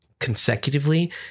Consecutively